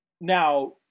Now